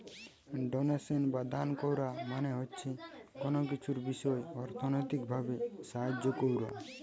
donation বা দান কোরা মানে হচ্ছে কুনো কিছুর বিষয় অর্থনৈতিক ভাবে সাহায্য কোরা